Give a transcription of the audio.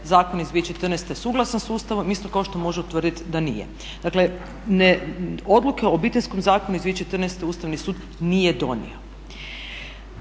zakon iz 2014. suglasan sa Ustavom isto kao što može utvrditi da nije. Dakle odluke o Obiteljskom zakonu iz 2014. Ustavni sud nije donio.